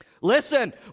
Listen